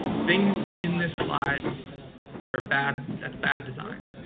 things in this slide that are bad. that's bad design.